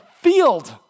field